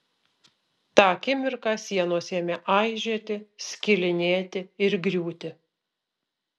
tą akimirką sienos ėmė aižėti skilinėti ir griūti